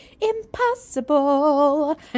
impossible